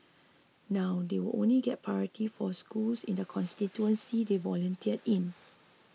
now they will only get priority for schools in the constituencies they volunteer in